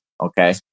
okay